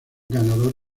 ganador